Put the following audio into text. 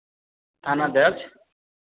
थाना अध्यक्ष